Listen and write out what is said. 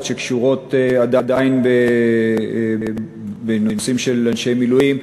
שקשורות עדיין בנושאים של אנשי מילואים,